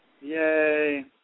Yay